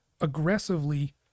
aggressively